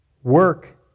Work